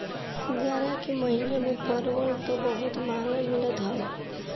जाड़ा के महिना में परवल तअ बहुते महंग मिलत हवे